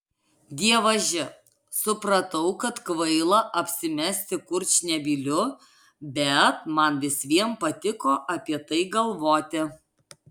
dievaži supratau kad kvaila apsimesti kurčnebyliu bet man vis vien patiko apie tai galvoti